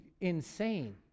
insane